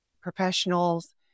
professionals